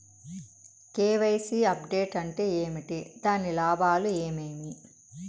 KYC update అంటే ఏమి? దాని లాభాలు ఏమేమి?